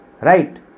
right